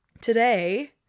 Today